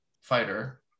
fighter